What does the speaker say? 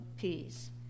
Peace